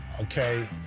Okay